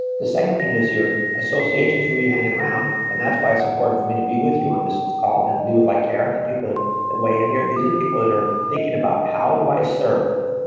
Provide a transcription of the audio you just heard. the second thing is your associations, who you hanging around, and that's why it's important, for me to be with you on this call and be with like karen and people that that weigh in here. these are people that are thinking about, how do i serve?